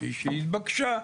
כפי שהיא התבקשה,